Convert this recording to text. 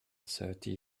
thirty